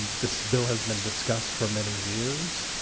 this bill has been discussed for many years